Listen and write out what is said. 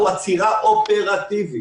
הוא עצירה אופרטיבית